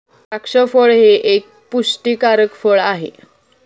द्राक्ष फळ हे एक पुष्टीकारक फळ आहे